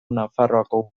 nafarroako